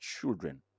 children